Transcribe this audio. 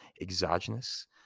exogenous